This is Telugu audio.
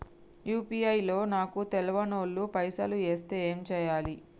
యూ.పీ.ఐ లో నాకు తెల్వనోళ్లు పైసల్ ఎస్తే ఏం చేయాలి?